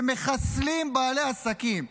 מחסלים בעלי עסקים.